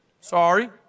Sorry